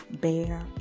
Bear